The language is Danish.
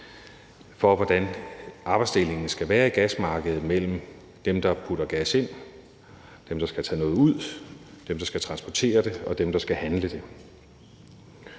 for, hvordan arbejdsdelingen skal være på gasmarkedet mellem dem, der putter gas ind, dem, der skal tage noget ud, dem, der skal transportere det, og dem, der skal handle det.